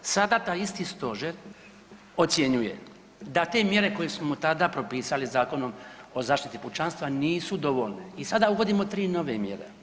Sada taj isti stožer ocjenjuje da ta mjere koje smo tada propisali Zakonom o zaštiti pučanstva nisu dovoljne i sada uvodimo 3 nove mjere.